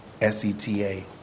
S-E-T-A